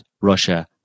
Russia